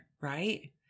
right